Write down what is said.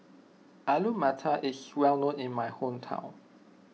Alu Matar is well known in my hometown